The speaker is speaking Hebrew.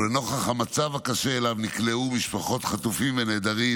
ולנוכח המצב הקשה שאליו נקלעו משפחות חטופים ונעדרים